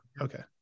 Okay